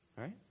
right